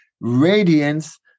radiance